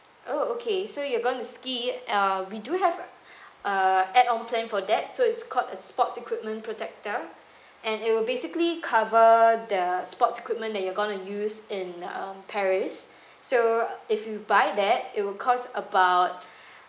oh okay so you're going to ski uh we do have a add on plan for that so it's called a sports equipment protector and it will basically cover the sports equipment that you're going to use in um paris so if you buy that it will cost about